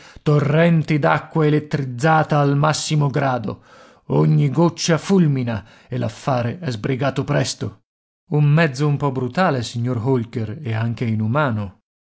torrenti d'acqua elettrizzata al massimo grado ogni goccia fulmina e l'affare è sbrigato presto un mezzo un po brutale signor holker e anche inumano